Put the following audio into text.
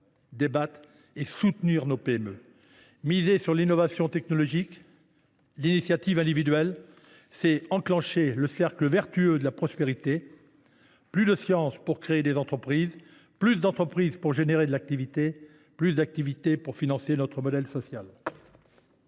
et, surtout, soutenir nos PME. Miser sur l’innovation technologique et sur l’initiative individuelle, c’est enclencher le cercle vertueux de la prospérité : plus de science pour créer des entreprises ; plus d’entreprises pour susciter de l’activité ; plus d’activité pour financer notre modèle social.